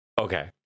Okay